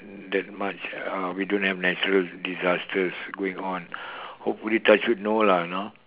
that much uh we don't have natural disasters going on hopefully touch wood no lah know